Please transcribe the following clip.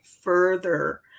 further